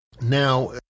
Now